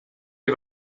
die